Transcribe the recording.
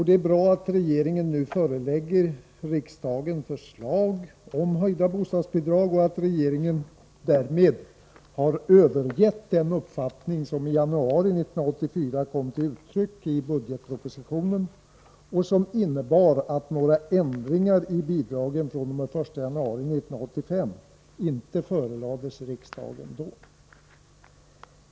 Det är bra att regeringen nu förelägger riksdagen förslag om höjda bostadsbidrag och att regeringen därmed övergett den uppfattning som i januari 1984 kom till uttryck i budgetpropositionen och som innebar att några förslag till ändringar i bidragen fr.o.m. den 1 januari 1985 inte förelades riksdagen.